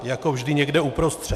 Jako vždy někde uprostřed.